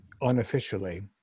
unofficially